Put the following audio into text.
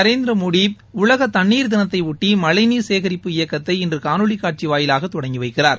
நரேந்திர மோடி உலக தண்ணீர் தினத்தையொட்டி மழைநீர் சேகரிப்பு இயக்கத்தை இன்று காணொலிக் காட்சி வாயிலாக தொடங்கி வைக்கிறார்